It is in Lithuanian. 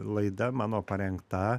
laida mano parengta